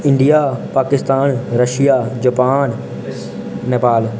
India Pakistan Russia Japan Nepal